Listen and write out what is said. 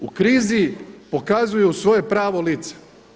U krizi pokazuju svoje pravo lice.